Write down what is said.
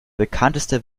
bekannteste